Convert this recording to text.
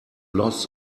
loss